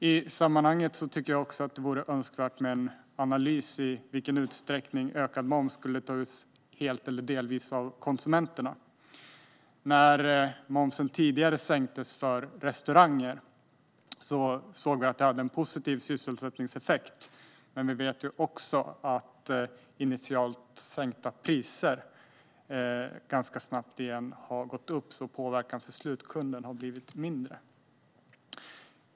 I sammanhanget vore det önskvärt med en analys av i vilken utsträckning ökad moms skulle tas ut helt eller delvis på konsumenterna. När momsen tidigare sänktes för restauranger hade det en positiv sysselsättningseffekt. Vi såg dock att initialt sänkta priser ganska snabbt gick upp, så påverkan för slutkunden blev mindre.